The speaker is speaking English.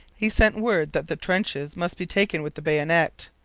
he sent word that the trenches must be taken with the bayonet.